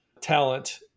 talent